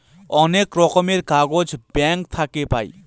অনেক রকমের কাগজ ব্যাঙ্ক থাকে পাই